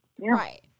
Right